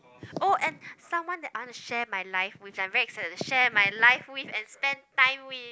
oh and someone that I wanna share my life with I'm very excited to share my life with and spend time with